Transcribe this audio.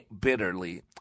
bitterly